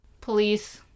police